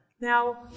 Now